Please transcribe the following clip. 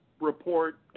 report